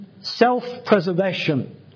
Self-preservation